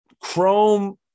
Chrome